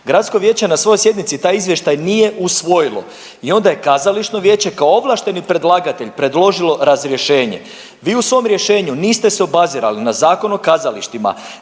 Gradsko vijeće na svojoj sjednici taj izvještaj nije usvojilo i onda je Kazališno vijeće kao ovlašteni predlagatelj predložilo razrješenje. Vi u svom rješenju niste se obazirali na Zakon o kazalištima